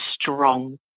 strong